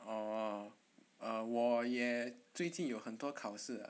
oh err 我也最近有很多考试 ah